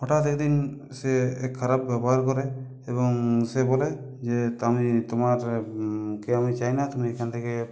হঠাৎ একদিন সে খারাপ ব্যবহার করে এবং সে বলে যে তামি তোমার কে আমি চাই না তুমি এখান থেকে